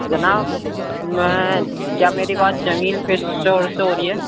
جناب میں کیا میری بات جمیل فش اسٹور سے ہو رہی ہے